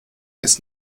ist